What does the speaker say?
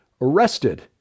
arrested